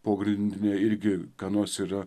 pogrindinė irgi ką nors yra